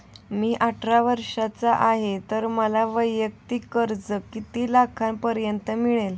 मी अठरा वर्षांचा आहे तर मला वैयक्तिक कर्ज किती लाखांपर्यंत मिळेल?